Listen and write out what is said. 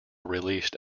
released